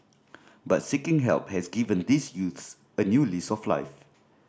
but seeking help has given these youths a new lease of life